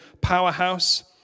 powerhouse